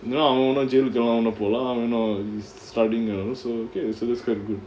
you know அவன் இன்னும்:avan innum jail கு போலாம் அவன் இன்னும்:ku polaam avan innum studying and all so okay so that's quite good